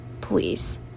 please